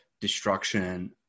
destruction